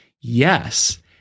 yes